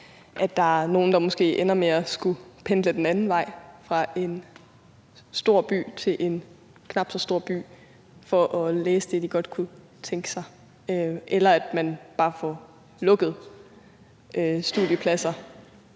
måske er nogle, der ender med at skulle pendle den anden vej fra en stor by til en knap så stor by for at læse det, de godt kunne tænke sig, eller at man bare får lukket studiepladser,